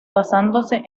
basándose